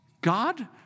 God